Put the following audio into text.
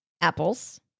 apples